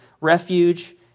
refuge